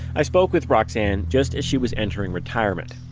i spoke with roxane just as she was entering retirement.